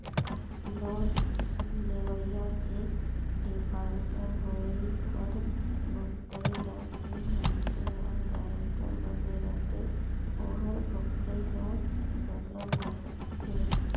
loan लेवइया के defaulter होवई कर भुगतई ल जेन मइनसे हर गारंटर बने रहथे ओहर भुगतई ल सरलग भुगतथे